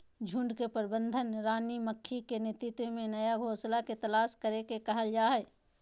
झुंड के प्रबंधन रानी मक्खी के नेतृत्व में नया घोंसला के तलाश करे के कहल जा हई